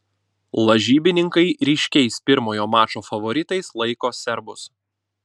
lažybininkai ryškiais pirmojo mačo favoritais laiko serbus